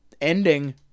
ending